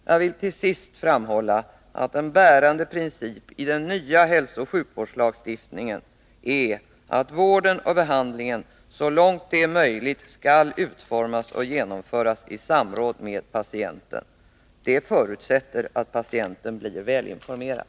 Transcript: Jag vill till sist framhålla att en bärande princip i den nya hälsooch sjukvårdslagstiftningen är att vården och behandlingen så långt det är möjligt skall utformas och genomföras i samråd med patienten. Detta förutsätter att patienten blir välinformerad.